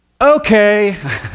okay